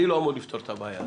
אני לא אמור לפתור את הבעיה הזו.